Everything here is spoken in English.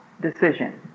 decision